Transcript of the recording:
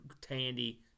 Tandy